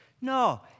No